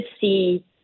see